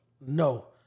No